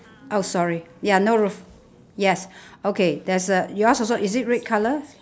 oh sorry ya no roof yes okay there's a yours also is it red colour